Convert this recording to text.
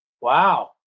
wow